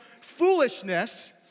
foolishness